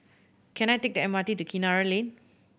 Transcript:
can I take the M R T to Kinara Lane